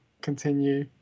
continue